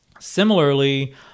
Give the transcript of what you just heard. Similarly